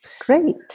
Great